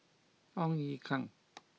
Ong Ye Kung